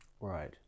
Right